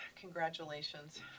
Congratulations